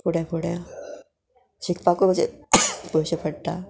फुडें फुडें शिकपाकूय अशें पयशे पडटा